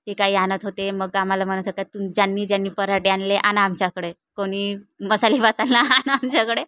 ते काही आणत होते मग आम्हाला म्हणत होत का तुम ज्यांनी ज्यांनी पराठे आणले आणा आमच्याकडे कोणी मसाले भात आणला आणा आमच्याकडे